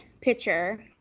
picture